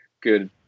good